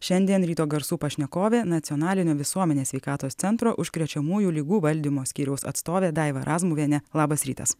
šiandien ryto garsų pašnekovė nacionalinio visuomenės sveikatos centro užkrečiamųjų ligų valdymo skyriaus atstovė daiva razmuvienė labas rytas